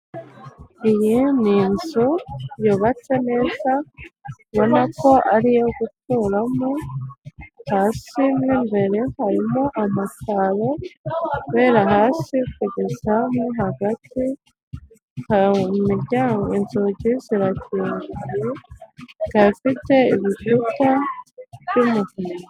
Iyi ni inzu yubatse neza ubona ko ari iyo gukuramo hasi mo imbere harimo amakaro, kuhera hasi kugeza mo hagati, hari imiryango inzugi zirafunguye kasike ku gikuta hejuru.